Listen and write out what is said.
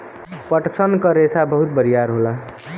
पटसन क रेसा बहुत बरियार होला